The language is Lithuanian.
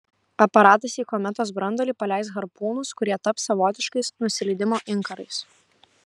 aparatas į kometos branduolį paleis harpūnus kurie taps savotiškais nusileidimo inkarais